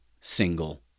single